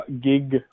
gig